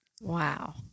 Wow